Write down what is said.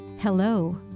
Hello